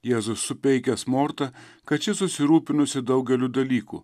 jėzus supeikęs mortą kad ši susirūpinusi daugeliu dalykų